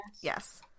Yes